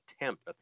attempt